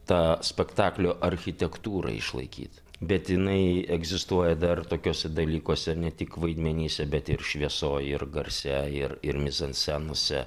tą spektaklio architektūrą išlaikyti bet jinai egzistuoja dar tokiuose dalykuose ne tik vaidmenyse bet ir šviesoj ir garse ir ir mizanscenose